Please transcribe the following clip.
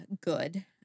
Good